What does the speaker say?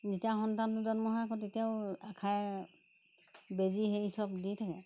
যেতিয়া সন্তান জন্ম হয় আকৌ তেতিয়াও আশাই বেজি হেৰি চব দি থাকে